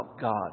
God